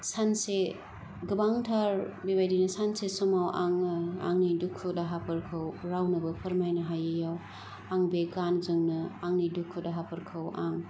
सानसे गोबांथार बिबादिनो सानसे समाव आङो आंनि दुखु दाहाफोरखौ रावनोबो फोरमायनो हायैयाव आं बेे गानजोंनो आंनि दुखु दाहाफोरखौ आं